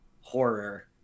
horror